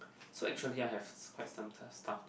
so actually I have quite task stuff